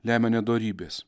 lemia nedorybės